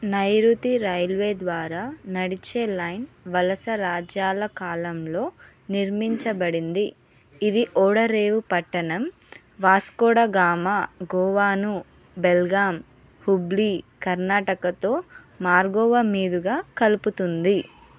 నైరుతి రైల్వే ద్వారా నడిచే లైన్ వలసరాజ్యాల కాలంలో నిర్మించబడింది ఇది ఓడరేవు పట్టణం వాస్కోడగామా గోవాను బెల్గాం హుగ్లీ కర్నాటకతో మార్గోవా మీదుగా కలుపుతుంది